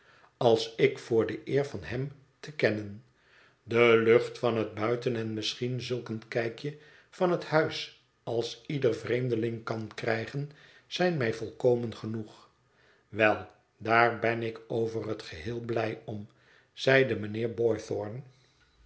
als i k voor de eer van hem te kennen de lucht van het buiten en misschien zulk een kijkje van het huis als ieder vreemdeling kan krijgen zijn mij volkomen genoeg wel daar ben ik over het geheel blij om zeide mijnheer